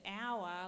hour